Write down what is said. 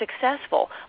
successful